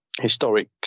historic